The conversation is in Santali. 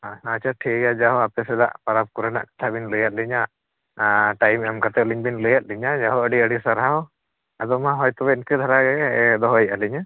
ᱟᱪᱪᱷᱟ ᱴᱷᱤᱠ ᱜᱮᱭᱟ ᱡᱟᱦᱳ ᱟᱯᱮ ᱥᱮᱫ ᱯᱚᱨᱚᱵᱽ ᱠᱚᱨᱮᱱᱟᱜ ᱠᱟᱛᱷᱟ ᱵᱤᱱ ᱞᱟᱹᱭ ᱟᱹᱫᱤᱧᱟ ᱟᱨ ᱴᱟᱭᱤᱢᱮᱢ ᱠᱟᱛᱮᱫ ᱟᱹᱞᱤᱧ ᱵᱤᱱ ᱞᱟᱹᱭ ᱟᱹᱫᱤᱧᱟ ᱡᱟᱦᱳ ᱟᱹᱰᱤ ᱟᱹᱰᱤ ᱥᱟᱨᱦᱟᱣ ᱟᱫᱚ ᱢᱟ ᱦᱳᱭ ᱛᱚᱵᱮᱱ ᱤᱱᱠᱟᱹ ᱫᱷᱟᱨᱟ ᱜᱮ ᱫᱚᱦᱚᱭᱮᱜᱼᱟ ᱞᱤᱧ ᱦᱮᱸ